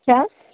चार